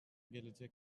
gelecek